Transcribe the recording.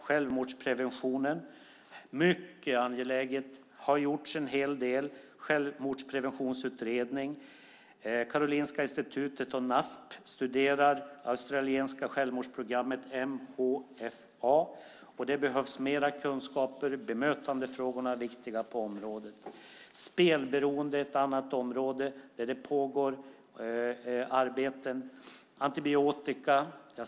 Självmordspreventionen är mycket angelägen. Det har gjorts en hel del. En självmordspreventionsutredning behandlas. Karolinska Institutet och NASP studerar det australiska självmordsprogrammet MHFA. Det behövs mer kunskap. Bemötandefrågorna är viktiga. Spelberoende är också ett område där det pågår arbete. Antibiotika är ett annat område.